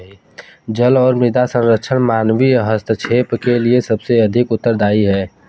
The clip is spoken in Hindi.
जल और मृदा संरक्षण मानवीय हस्तक्षेप के लिए सबसे अधिक उत्तरदायी हैं